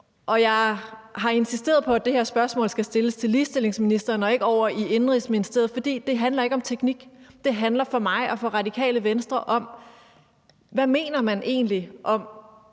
Jeg har insisteret på, at det her spørgsmål skal stilles til ligestillingsministeren og ikke over i Indenrigs- og Sundhedsministeriet, for det handler ikke om teknik; det handler for mig og for Radikale Venstre om, hvad man egentlig mener